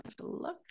look